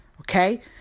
Okay